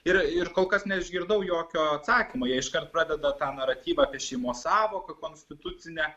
ir ir kol kas neišgirdau jokio atsakymo jie iškart pradeda tą naratyvą apie šeimos sąvoka konstitucinę